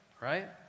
Right